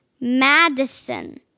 Madison